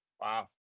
Wow